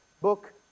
book